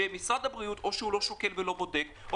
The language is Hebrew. שמשרד הבריאות או לא שוקל ולא בודק,